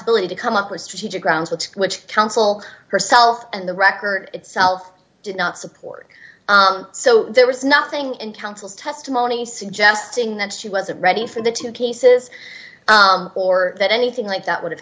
ability to come up with strategic grounds which which counsel herself and the record itself did not support so there was nothing in counsel's testimony suggesting that she wasn't ready for the two cases or that anything like that would have